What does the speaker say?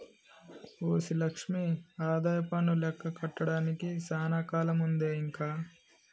OC Lakshmi ఆదాయపన్ను లెక్క కట్టడానికి సానా కాలముందే ఇంక